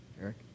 Eric